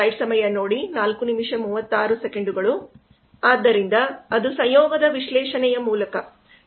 ಆದ್ದರಿಂದ ಅದು ಸಂಯೋಗದ ವಿಶ್ಲೇಷಣೆಯ ಮೂಲಕ